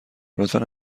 لطفا